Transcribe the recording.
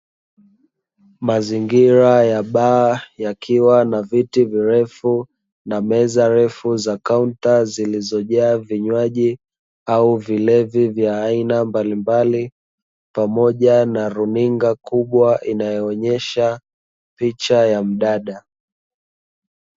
Mazingira ya baa yakiwa na viti virefu na meza refu za kaunta, zilizojaa vinywaji au vilevi vya aina mbalimbali, pamoja na runinga kubwa inayoonyesha picha ya mdada.